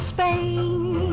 Spain